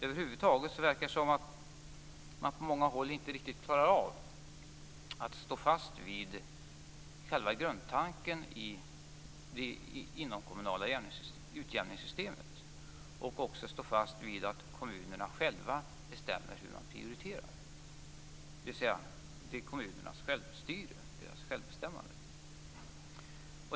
Det verkar över huvud taget som att man på många håll inte riktigt klarar av att stå fast vid själva grundtanken i det inomkommunala utjämningssystemet och vid att kommunerna själva bestämmer hur de prioriterar. Det gäller kommunernas självstyre och deras självbestämmande.